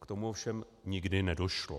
K tomu ovšem nikdy nedošlo.